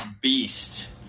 beast